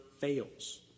fails